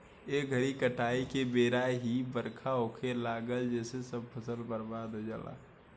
ए घरी काटाई के बेरा ही बरखा होखे लागेला जेसे सब फसल बर्बाद हो जाला